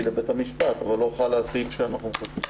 לבית המשפט אבל לא חל הסעיף שאנחנו מחוקקים